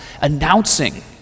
announcing